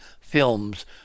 films